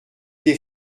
des